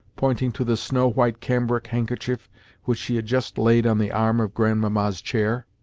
pointing to the snow-white cambric handkerchief which she had just laid on the arm of grandmamma's chair.